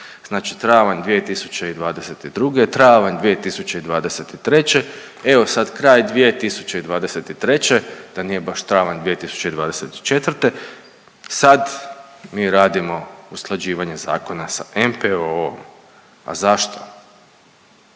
Znači travanj 2022., travanj 2023., evo sad kraj 2023. da nije baš travanj 2024. sad mi radimo usklađivanje zakona sa NPOO. A zašto?